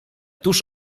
tuż